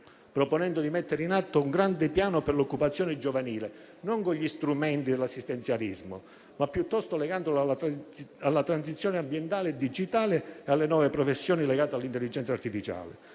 proponendo di mettere in atto un grande piano per l'occupazione giovanile, non con gli strumenti dell'assistenzialismo, ma legandolo alla transizione ambientale e digitale e alle nuove professioni legate all'intelligenza artificiale.